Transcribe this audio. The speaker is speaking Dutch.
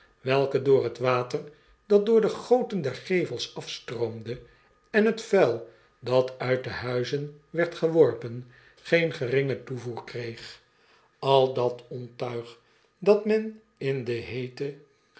welke door het water dat door de goten der gevels afstroomde en het vuil dat uit de huizen werd geworpen geen geringen toevoer kreeg al dat ontuig dat men in de heete